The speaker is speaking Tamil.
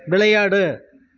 விளையாடு